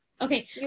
Okay